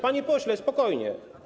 Panie pośle, spokojnie.